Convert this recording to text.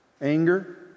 Anger